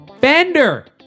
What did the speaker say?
Fender